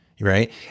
Right